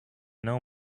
know